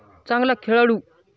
चांगला खेळाडू